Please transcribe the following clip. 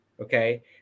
okay